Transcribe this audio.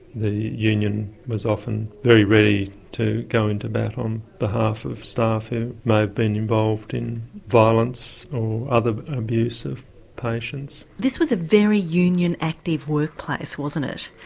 the union was often very ready to go into bat on behalf of staff who may have been involved in violence or other abuse of patients. this was a very union active workplace wasn't it? yeah,